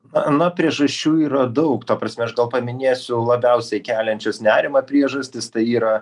na priežasčių yra daug ta prasme aš gal paminėsiu labiausiai keliančias nerimą priežastis tai yra